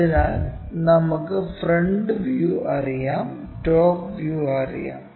അതിനാൽ നമുക്ക് front view അറിയാം ടോപ് വ്യൂ അറിയാം